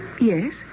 Yes